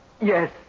Yes